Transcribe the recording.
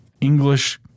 English